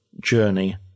journey